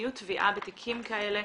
מדיניות תביעה בתיקים האלה.